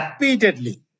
repeatedly